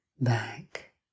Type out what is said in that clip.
back